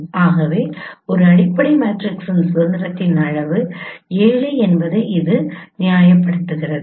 ஆகவே ஒரு அடிப்படை மேட்ரிக்ஸின் சுதந்திரத்தின் அளவு 7 என்பதை இது நியாயப்படுத்துகிறது